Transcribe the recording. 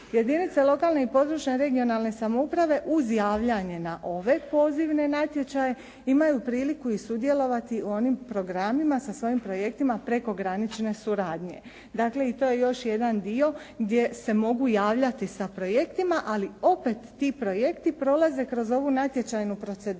Jedinice lokalne i područne (regionalne) samouprave uz javljanje na ove pozivne natječaje imaju priliku i sudjelovati u onim programima sa svojim projektima prekogranične suradnje. Dakle, to je još jedan dio gdje se mogu javljati sa projektima, ali opet ti projekti prolaze kroz ovu natječajnu proceduru,